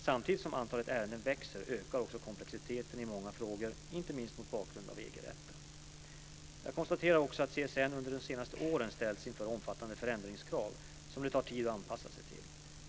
Samtidigt som antalet ärenden växer ökar också komplexiteten i många frågor, inte minst mot bakgrund av EG-rätten. Jag konstaterar också att CSN under de senaste åren ställts inför omfattande förändringskrav som det tar tid att anpassa sig till.